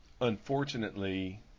unfortunately